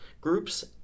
groups